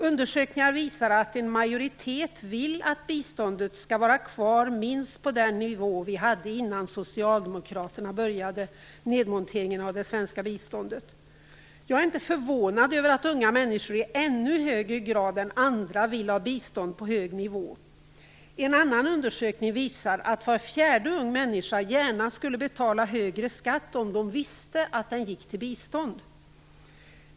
Undersökningar visar att en majoritet vill att biståndet skall vara kvar på minst den nivå vi hade innan Socialdemokraterna började nedmonteringen av det svenska biståndet. Jag är inte förvånad över att unga människor i ännu högre grad än andra vill ha bistånd på hög nivå. En annan undersökning visar att var fjärde ung människa gärna skulle betala högre skatt om de visste att den gick till bistånd.